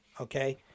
Okay